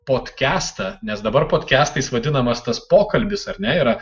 podkestą nes dabar podkestais vadinamas tas pokalbis ar ne yra